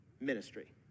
ministry